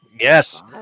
Yes